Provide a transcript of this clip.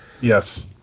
Yes